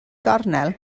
gornel